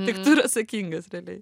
tik tu ir atsakingas realiai